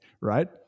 right